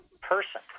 person